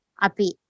...api